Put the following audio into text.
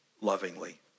lovingly